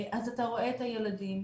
אז אתה רואה את הילדים.